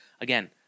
again